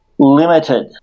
limited